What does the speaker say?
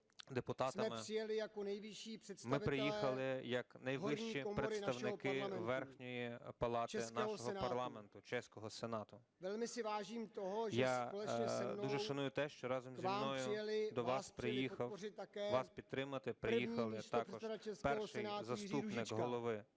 ми приїхали як найвищі представники Верхньої палати нашого парламенту - чеського Сенату. Я дуже шаную те, що разом зі мною до вас приїхав, вас підтримати приїхали також перший заступник голови